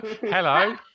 hello